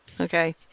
okay